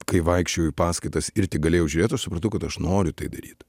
kai vaikščiojau į paskaitas ir tik galėjau žiūrėt aš supratau kad aš noriu tai daryt